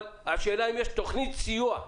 השאלה אם יש תוכנית סיוע.